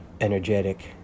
energetic